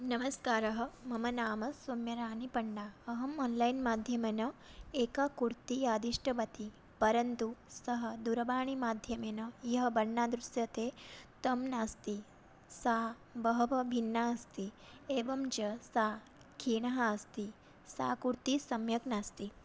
नमस्कारः मम नाम सौम्यराणीपण्डा अहम् ओन्लैन् माध्यमेन एका कुर्ती आदिष्टवती परन्तु सा दूरवाणीमाध्यमेन यः वर्णः दृश्यते तत् नास्ति सा बहवः भिन्नास्ति एवं च सा क्षीणा अस्ति सा कुर्ती सम्यक् नास्ति